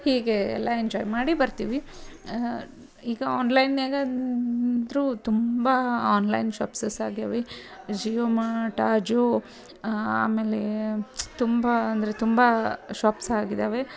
ಹೀಗೇ ಎಲ್ಲ ಎಂಜಾಯ್ ಮಾಡಿ ಬರ್ತೀವಿ ಈಗ ಆನ್ಲೈನ್ಯಾಗ ಇದ್ದರೂ ತುಂಬ ಆನ್ಲೈನ್ ಶಾಪ್ಸಸ್ ಆಗ್ಯವೆ ಜಿಯೋ ಮಾರ್ಟ ಜಿಯೋ ಆಮೇಲೆ ತುಂಬ ಅಂದರೆ ತುಂಬ ಶಾಪ್ಸ್ ಆಗಿದಾವೆ